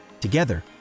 Together